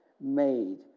made